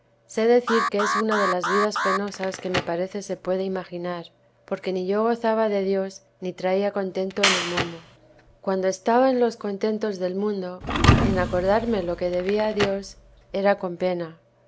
sé decir que es una de las vidas penosas que me parece se puede imaginar porque ni yo gozaba de dios ni traía contento en el mundo cuando estaba en los contentos del mundo en acordarme lo que debía a dios era con pena